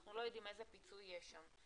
אנחנו לא יודעים איזה פיצוי יהיה שם.